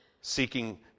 Seeking